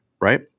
right